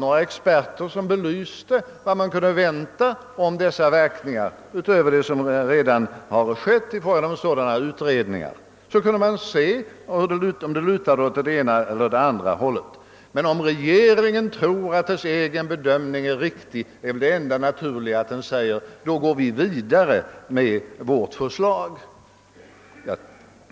några experter, som belyste vilka följder som kunde väntas på hyresområdet utöver vad man kommit fram till i utredningarna? Då kunde ni se om de lutade åt det ena eller det andra hållet. — Men om regeringen tror att dess egen bedömning av verkningarna är den riktiga, är det enda rätta naturligtvis att säga att man går vidare med sitt förslag.